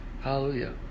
Hallelujah